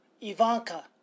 Ivanka